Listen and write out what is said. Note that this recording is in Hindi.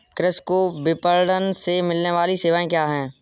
कृषि को विपणन से मिलने वाली सेवाएँ क्या क्या है